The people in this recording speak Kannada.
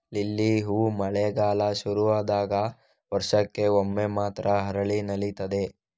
ಲಿಲ್ಲಿ ಹೂ ಮಳೆಗಾಲ ಶುರು ಆದಾಗ ವರ್ಷಕ್ಕೆ ಒಮ್ಮೆ ಮಾತ್ರ ಅರಳಿ ನಲೀತದೆ